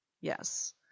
Yes